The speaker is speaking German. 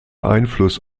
einfluss